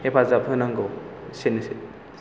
हेफाजाब होनांगौ एसेनोसै